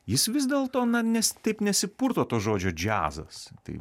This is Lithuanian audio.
jis vis dėl to nes taip nesipurto to žodžio džiazas tai